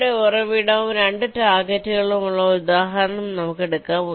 ഇവിടെ ഉറവിടവും 2 ടാർഗെറ്റുകളും ഉള്ള ഒരു ഉദാഹരണം നമുക്ക് എടുക്കാം